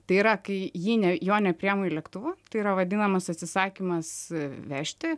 tai yra kai jį ne jo nepriima į lėktuvą tai yra vadinamas atsisakymas vežti